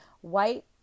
white